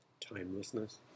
Timelessness